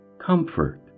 comfort